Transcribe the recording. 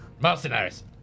Mercenaries